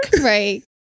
Right